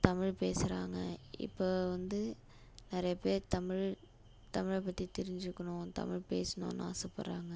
தமிழ் பேசுகிறாங்க இப்போ வந்து நிறைய பேர் தமிழ் தமிழை பற்றி தெரிஞ்சுக்கணும் தமிழ் பேசுணும்னு ஆசைப்பட்றாங்க